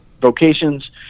vocations